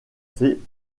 fait